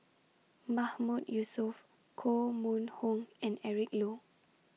Mahmood Yusof Koh Mun Hong and Eric Low